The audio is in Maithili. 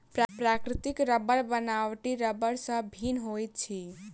प्राकृतिक रबड़ बनावटी रबड़ सॅ भिन्न होइत अछि